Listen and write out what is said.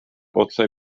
otse